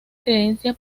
creencia